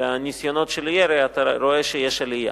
ניסיונות של ירי, אתה רואה שיש עלייה.